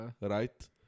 Right